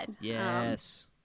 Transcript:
Yes